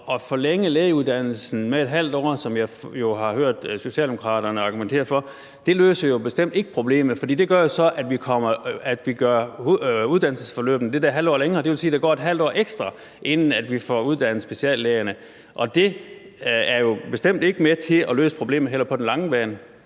at forlænge lægeuddannelsen et halvt år, som jeg har hørt Socialdemokraterne argumentere for, løser bestemt ikke problemet, for det gør jo, at vi gør uddannelsesforløbet et halvt år længere, og det vil sige, at der går et halvt år ekstra, inden vi får uddannet speciallægerne. Det er jo bestemt ikke med til at løse problemet, heller ikke